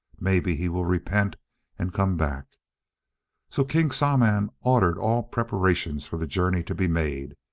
maybe he will repent and come back so king saman ordered all preparations for the journey to be made,